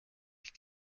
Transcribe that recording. ich